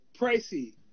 Pricey